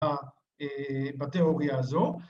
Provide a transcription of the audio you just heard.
‫בתיאוריה הזו.